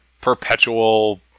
perpetual